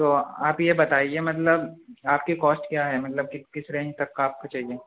تو آپ یہ بتائیے مطلب آپ کی کاسٹ کیا ہے مطلب کہ کس رینج تک کا آپ کو چاہیے